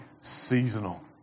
seasonal